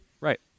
Right